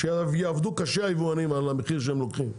שיעבדו קשה היבואנים על המחיר שהם לוקחים.